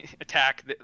attack